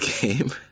game